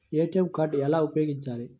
ATM card ఎలా ఉపయోగించాలి?